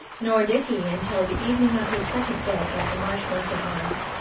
nor did he until the evening of his second day at the marshmoreton arms.